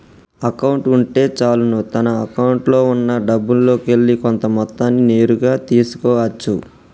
account ఉంటే చాలును తన అకౌంట్లో ఉన్నా డబ్బుల్లోకెల్లి కొంత మొత్తాన్ని నేరుగా తీసుకో అచ్చు